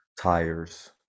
tires